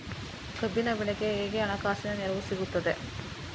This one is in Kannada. ಕಬ್ಬಿನ ಬೆಳೆಗೆ ಹೇಗೆ ಹಣಕಾಸಿನ ನೆರವು ಸಿಗುತ್ತದೆ?